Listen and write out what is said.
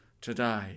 today